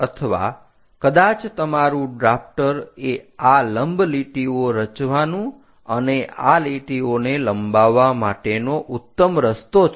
અથવા કદાચ તમારું ડ્રાફ્ટર એ આ લંબ લીટીઓ રચવાનું અને આ લીટીઓને લંબાવવા માટેનો ઉત્તમ રસ્તો છે